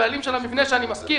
הבעלים של המבנה שאני משכיר,